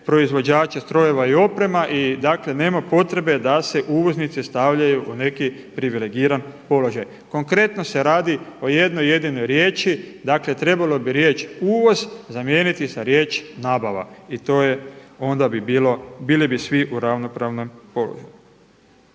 proizvođače strojeva i oprema i nema potrebe da se uvoznici stavljaju u neki privilegiran položaj. Konkretno se radi o jednoj jedinoj riječi dakle trebalo bi riječ uvoz zamijeniti sa riječ nabava i bili bi svi u ravnopravnom položaju.